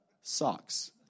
socks